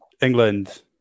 England